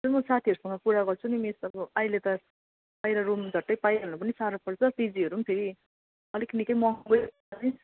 म साथीहरूसँग कुरा गर्छु नि मिस अब अहिले त बाहिर रुम झट्टै पाइहाल्नु पनि साह्रो पर्छ पिजीहरू पनि फेरि अलिक निक्कै महँगै पर्छ मिस